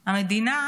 המדינה,